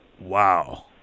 Wow